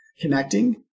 connecting